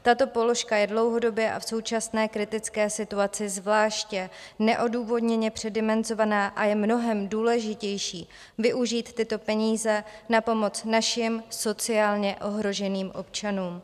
Tato položka je dlouhodobě a v současné kritické situaci zvláště neodůvodněně předimenzovaná a je mnohem důležitější využít tyto peníze na pomoc našim sociálně ohroženým občanům.